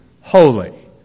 holy